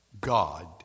God